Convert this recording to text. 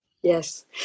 yes